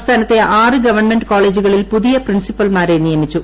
സംസ്ഥാനത്തെ ആറ് ഗവൺമെന്റ് കോളേജുകളിൽ പുതിയ പ്രിൻസിപ്പൽമാരെ നിയമിച്ചു